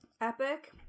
Epic